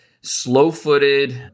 Slow-footed